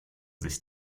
sich